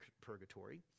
purgatory